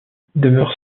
demeure